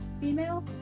female